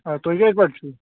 اَدٕ تُہۍ کَتہِ پیٚٹھ چھِو